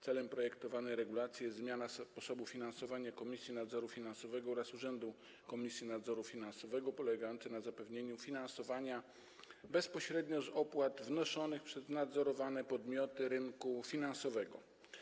Celem projektowanej regulacji jest zmiana sposobu finansowania Komisji Nadzoru Finansowego oraz Urzędu Komisji Nadzoru Finansowego polegająca na zapewnieniu finansowania bezpośrednio z opłat wnoszonych przez nadzorowane podmioty rynku finansowego.